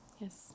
Yes